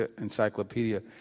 encyclopedia